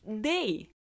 day